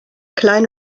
klein